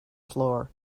floor